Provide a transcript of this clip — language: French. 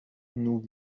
nous